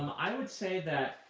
i would say that,